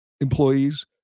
employees